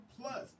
plus